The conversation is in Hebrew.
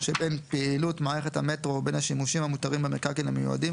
שבין פעילות מערכת המטרו ובין השימושים המותרים במקרקעין המיועדים,